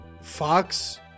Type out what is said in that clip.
Fox